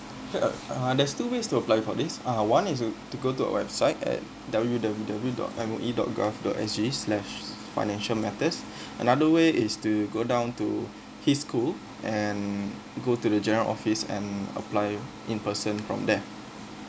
okay uh uh there's two ways to apply for this uh one is to to go to our website at W W W dot M O E dot G O V dot S G slash financial matters another way is to go down to his school and go to the general office and apply in person from there